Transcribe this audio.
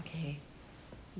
okay